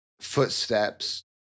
footsteps